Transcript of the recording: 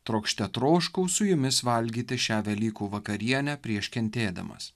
trokšte troškau su jumis valgyti šią velykų vakarienę prieš kentėdamas